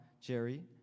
Jerry